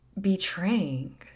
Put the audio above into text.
betraying